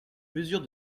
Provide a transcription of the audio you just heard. mesure